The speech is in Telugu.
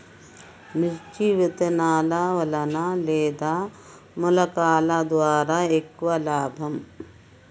మిర్చి విత్తనాల వలన లేదా మొలకల ద్వారా ఎక్కువ లాభం?